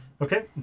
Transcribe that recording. Okay